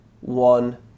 one